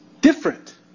different